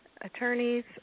attorneys